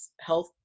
health